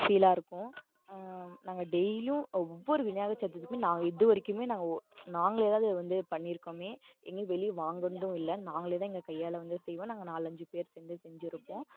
ஃபீலாக இருக்கும் நாங்கள் டெய்லியும் ஒவ்வொரு விநாயகர் சதுர்த்திக்குமே நாங்கள் இதுவரைக்குமே நாங்கள் ஒ நாங்களேதான் அது வந்து பண்ணிருக்கோமே எங்கேயும் வெளியே வாங்கினதும் இல்லை நாங்களே தான் எங்கள் கையால் வந்து செய்வோம் நாங்கள் நாலஞ்சு பேர் சேர்ந்து செஞ்சுருக்கோம்